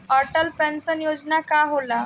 Atal pension योजना का होला?